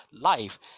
life